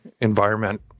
environment